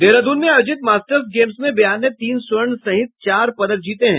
देहरादून में आयोजित masters games में बिहार ने तीन स्वर्ण सहित चार पदक जीते हैं